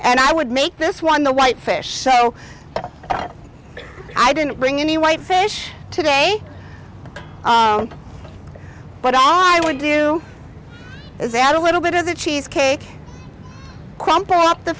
and i would make this one the white fish so i didn't bring any white fish today but all i would do is add a little bit of the cheesecake crumple up the